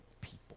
people